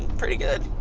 pretty good.